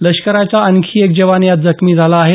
लष्कराचा आणखी एक जवान यात जखमी झाला आहे